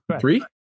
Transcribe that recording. three